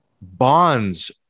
bonds